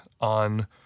on